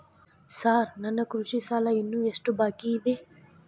Sir ನನ್ನ ಕೃಷಿ ಸಾಲ ಇನ್ನು ಎಷ್ಟು ಬಾಕಿಯಿದೆ?